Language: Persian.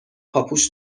پاپوش